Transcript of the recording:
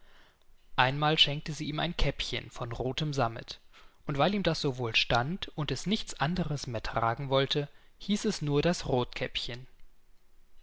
einmal schenkte sie ihm ein käppchen von rothem sammet und weil ihm das so wohl stand und es nichts anders mehr tragen wollte hieß es nur das rothkäppchen